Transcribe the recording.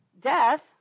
death